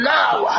Now